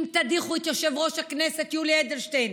אם תדיחו את יושב-ראש הכנסת יולי אדלשטיין,